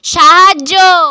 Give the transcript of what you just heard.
সাহায্য